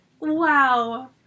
Wow